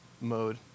mode